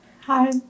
hi